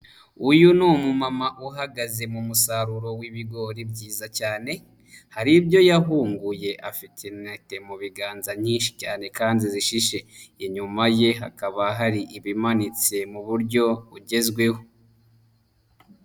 Uyu ni umumama uhagaze mu musaruro w'ibigori byiza cyane. Hari ibyo yahunguye afite inete mu biganza nyinshi cyane kandi zishishe, inyuma ye hakaba hari ibimanitse mu buryo bugezweho.